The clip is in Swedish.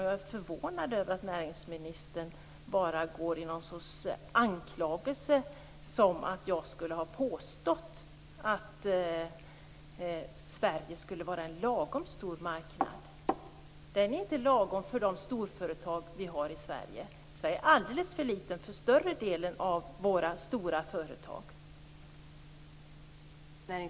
Jag är förvånad över att näringsministern bara går ut i någon sorts anklagelse om att jag skulle ha påstått att Sverige skulle vara en lagom stor marknad. Den är inte lagom för de storföretag vi har i Sverige. Sverige är alldeles för litet för större delen av våra stora företag.